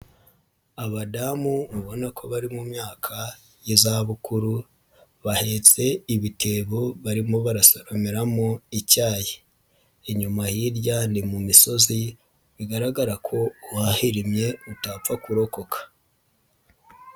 Abadamu ubona ko bari mu myaka y'izabukuru, bahetse ibitebo barimo barasomeramo icyayi. Inyuma hirya ni mu misozi bigaragara ko uhahirimye utapfa kurokoka.